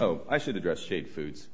oh i should address shade foods